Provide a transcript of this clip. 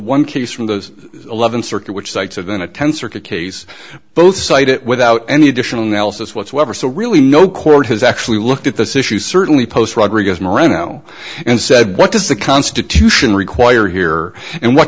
one case from the eleventh circuit which cites are going to tenth circuit case both cite it without any additional analysis whatsoever so really no court has actually looked at this issue certainly post rodriguez moreno and said what does the constitution require here and what